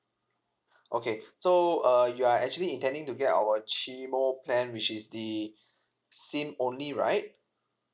okay so uh you are actually intending to get our chimo plan which is the sim only right